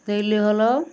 দেরি হলেও